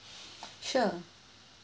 sure